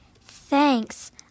Thanks